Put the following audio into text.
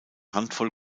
handvoll